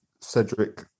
Cedric